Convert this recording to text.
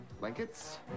Blankets